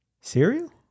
Cereal